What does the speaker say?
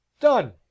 Done